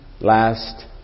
last